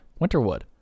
Winterwood